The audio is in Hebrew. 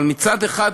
אבל מצד אחר,